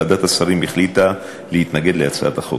ועדת השרים החליטה להתנגד להצעת החוק.